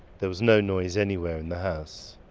there was no noise anywhere in the house.